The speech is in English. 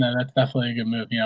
that's definitely a good move, yeah.